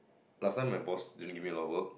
last time my boss really give me a lot of work